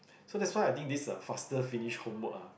so that's why I think this a faster finish homework ah